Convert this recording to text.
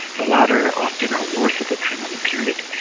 the latter often are worse at the time of the period.